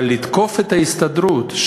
אבל לתקוף את ההסתדרות,